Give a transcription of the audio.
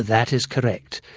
that is correct.